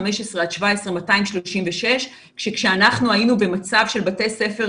15 עד 17 236, שכשאנחנו היינו במצב של בתי ספר